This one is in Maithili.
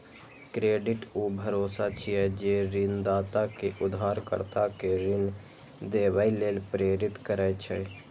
क्रेडिट ऊ भरोसा छियै, जे ऋणदाता कें उधारकर्ता कें ऋण देबय लेल प्रेरित करै छै